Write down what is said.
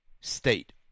state